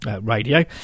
radio